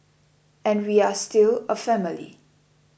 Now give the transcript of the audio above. and we are still a family